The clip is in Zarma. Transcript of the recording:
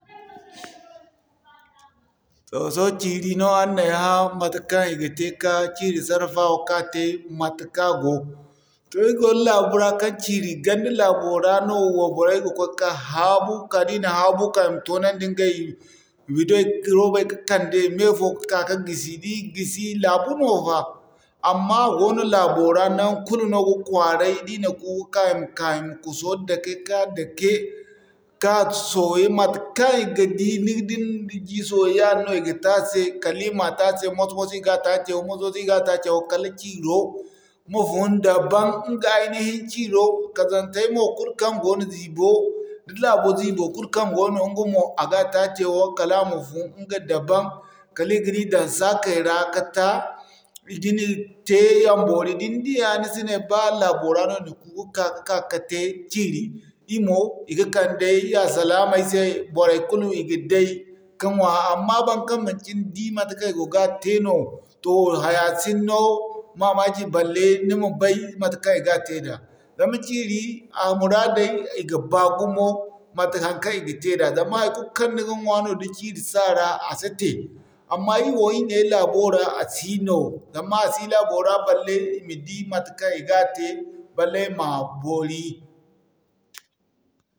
Toh sohõ ciiri no araŋ na ay hã, matekaŋ i ga te ka ciiri sarrafawa ka te matekaŋ a go. Toh ay gwaro laabu ra kaŋ ciiri ganda laabo ra no wayborey ga koy kan haabu ka'ka, da i na haabu ka'ka i ma toonandi ɲgay biday, robay ka'kande i meyfo ka'ka ka gisi, da i gisi, laabu no fa. Amma a goono laabo ra naŋgu kulu no ga kwaaray da i na ku ka, i ma ka i ma kuso dake ka dake, ka soye matekaŋ i ga di ni ga di da ni na jii sooye yadin no i ga te a se kala i ma taa cewa moso-moso i ga taa cewa moso-moso i ga taa cewa kala ciiro ma fun dabam. Ɲga aynihi ciiro kazantay mo kulu kaŋ goono ziibo laabo ziibo kulu kaŋ goono ɲga mo a ga taacewa kala a ma fun ɲga dabam kala i ga ni daŋ sakai ra ka ta. I ga ni te a ma boori da ni diya ni si ne ba laabo ra no i na ku ka ka'ka ka te ciiri. Ir mo, i ga kande ir alsilaamey se, boray kulu i ga day ka ɲwaa amma baŋkaŋ manci ni di matekaŋ i go ga te no, toh haya si ni no mamaki balle ni ma bay matekaŋ i ga te da. Zama ciiri, a muraadey, i ga baa gumo mate haŋkaŋ i ga te da zama haikulu kaŋ ni ga ɲwa no da ciiri si a ra a si te. Amma ir wo ir nee laabo ra a si no zama a si laabo ra balle i ma di matekaŋ i ga te balle i ma boori.